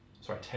Sorry